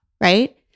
right